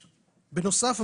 בנוסף,